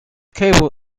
cable